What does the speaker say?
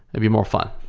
be more fun.